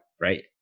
right